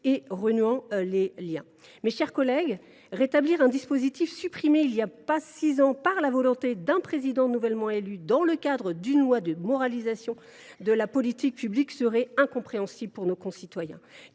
en renouant les liens. Mes chers collègues, rétablir un dispositif supprimé il n’y a pas six ans par la volonté d’un Président de la République nouvellement élu dans le cadre d’une loi de moralisation de la vie publique serait incompréhensible pour nos concitoyens.